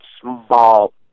small